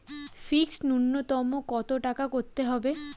Fixed নুন্যতম কত টাকা করতে হবে?